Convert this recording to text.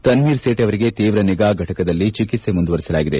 ತನ್ನೀರ್ ಸೇಠ್ ಅವರಿಗೆ ತೀವ್ರ ನಿಗಾ ಫಟಕದಲ್ಲಿ ಚಿಕಿತ್ಸೆ ಮುಂದುವರೆಸಲಾಗಿದೆ